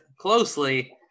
closely